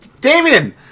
Damien